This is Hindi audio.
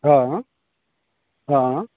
हाँ